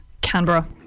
Canberra